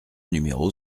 numéro